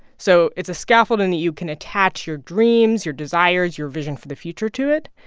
so it's a scaffolding that you can attach your dreams, your desires, your vision for the future to it.